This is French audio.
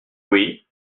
oui